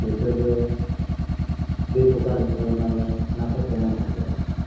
हाग्रा सेवनाय बेफोरबो दैखौ गाज्रि खालामनानै नाफोरखौ माखासे